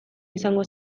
izango